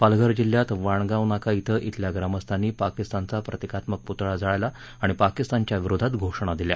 पालघर जिल्ह्यात वाणगाव नाका ी शिल्या ग्रामस्थांनी पाकिस्तान चा प्रतीकात्मक पुतळा जाळला आणि पाकिस्तानच्या विरोधात घोषणा दिल्या